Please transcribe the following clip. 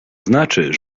znaczy